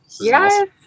Yes